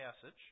passage